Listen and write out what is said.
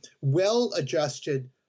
well-adjusted